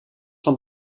van